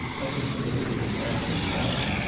i took the liberty of asking why,